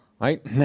Right